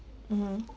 mmhmm